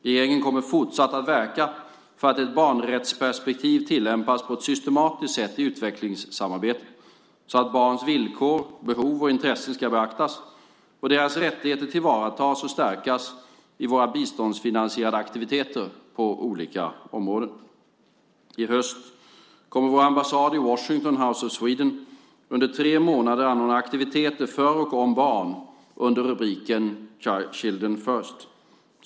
Regeringen kommer fortsatt att verka för att ett barnrättsperspektiv tillämpas på ett systematiskt sätt i utvecklingssamarbetet, så att barns villkor, behov och intressen ska beaktas och deras rättigheter tillvaratas och stärkas i våra biståndsfinansierade aktiviteter på olika områden. I höst kommer vår ambassad i Washington, House of Sweden, under tre månader att anordna aktiviteter för och om barn under rubriken Children First .